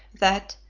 that,